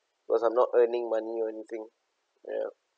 because I'm not earning money or anything ya